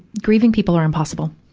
grieving people are impossible.